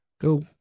go